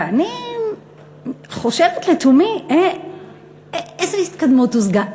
ואני חושבת לתומי, איזו התקדמות הושגה?